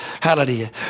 Hallelujah